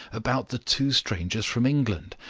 about the two strangers from england.